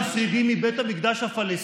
זה גם לא רלוונטי.